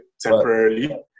temporarily